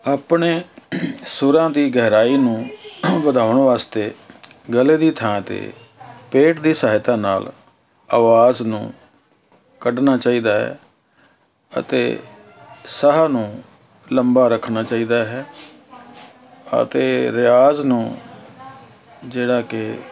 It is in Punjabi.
ਆਪਣੇ ਸੁਰਾਂ ਦੀ ਗਹਿਰਾਈ ਨੂੰ ਵਧਾਉਣ ਵਾਸਤੇ ਗਲੇ ਦੀ ਥਾਂ 'ਤੇ ਪੇਟ ਦੀ ਸਹਾਇਤਾ ਨਾਲ ਆਵਾਜ਼ ਨੂੰ ਕੱਢਣਾ ਚਾਹੀਦਾ ਹੈ ਅਤੇ ਸਾਹ ਨੂੰ ਲੰਬਾ ਰੱਖਣਾ ਚਾਹੀਦਾ ਹੈ ਅਤੇ ਰਿਆਜ਼ ਨੂੰ ਜਿਹੜਾ ਕਿ